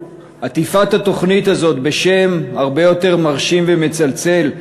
עטיפת התוכנית הזאת בשם הרבה יותר מרשים ומצלצל,